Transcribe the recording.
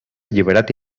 alliberat